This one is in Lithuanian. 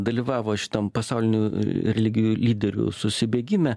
dalyvavo šitam pasaulinių religijų lyderių susibėgime